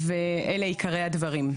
ואלה הם עיקרי הדברים.